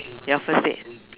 your first date